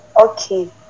okay